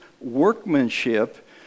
workmanship